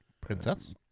Princess